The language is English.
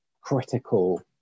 critical